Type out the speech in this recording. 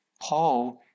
Paul